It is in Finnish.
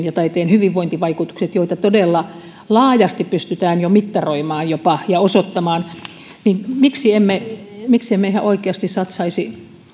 ja taiteen hyvinvointivaikutukset joita todella laajasti pystytään jo mittaroimaan jopa ja osoittamaan miksi emme miksi emme ihan oikeasti satsaisi